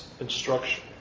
instruction